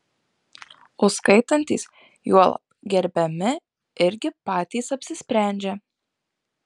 o skaitantys juolab gerbiami irgi patys apsisprendžia